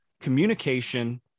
communication